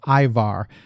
Ivar